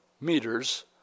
meters